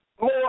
more